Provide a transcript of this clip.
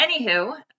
Anywho